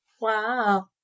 Wow